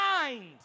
mind